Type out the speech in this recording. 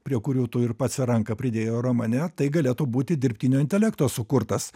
prie kurių tu ir pats ranką pridėjai romane tai galėtų būti dirbtinio intelekto sukurtas